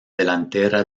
delantera